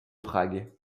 prague